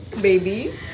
baby